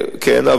כן,